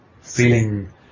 feeling